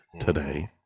today